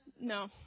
No